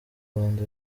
rwanda